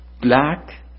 black